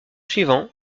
suivant